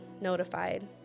notified